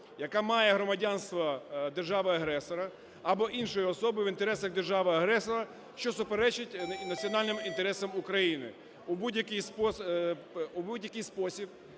яка має громадянство держави-агресора або іншою особою в інтересах держави-агресора, що суперечить національним інтересам України, у будь-який спосіб